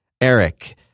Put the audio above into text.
Eric